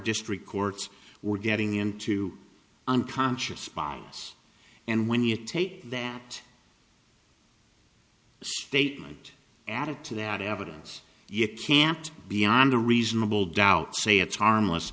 district courts we're getting into unconscious bias and when you take that statement added to that evidence yet can't beyond a reasonable doubt say it's harmless